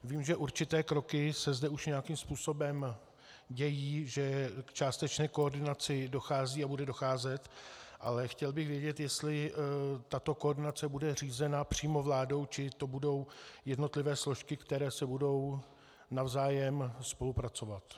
Vím, že určité kroky se zde už nějakým způsobem dějí, že k částečné koordinaci dochází a bude docházet, ale chtěl bych vědět, jestli tato koordinace bude řízena přímo vládou, či to budou jednotlivé složky, které budou navzájem spolupracovat.